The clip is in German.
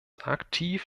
aktiv